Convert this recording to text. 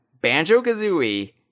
Banjo-Kazooie